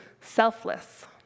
selfless